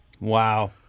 Wow